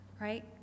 right